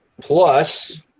Plus